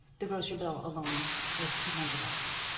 the grocery bill alone was two hundred dollars.